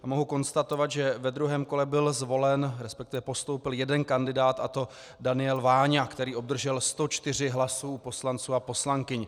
Mohu konstatovat, že ve druhém kole byl zvolen, resp. postoupil jeden kandidát, a to Daniel Váňa, který obdržel 104 hlasy poslanců a poslankyň.